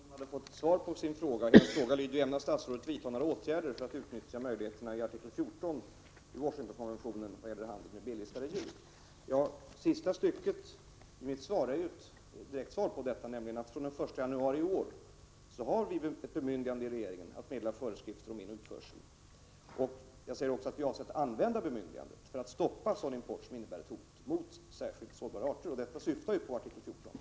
Herr talman! Ingrid Sundberg ifrågasatte om hon hade fått svar på sin fråga. Hennes fråga lyder: Ämnar statsrådet vidta några åtgärder för att utnyttja möjligheterna i artikel 14 i Washingtonkonventionen vad gäller handel med B-listade djur? Sista stycket i mitt svar är ju ett direkt svar på den frågan, nämligen att vi från den 1 januari i år i regeringen har ett bemyndigande att meddela föreskrifter om inoch utförsel. Jag säger också att vi avser att använda bemyndigandet för att stoppa sådan import som innebär ett hot mot särskilt sårbara arter. Detta syftar på artikel 14.